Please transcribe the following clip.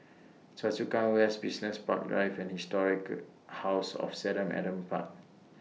Choa Chu Kang West Business Park Drive and Historic House of seven Adam Park